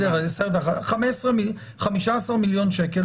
אז 15 מיליון שקל,